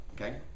okay